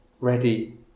ready